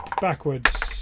backwards